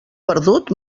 perdut